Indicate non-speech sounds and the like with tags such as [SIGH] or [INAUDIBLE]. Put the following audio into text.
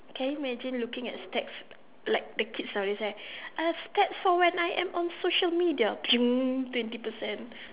can you imagine looking at stats like the kids always say uh stats for when I am on social media [NOISE] twenty percent